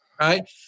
right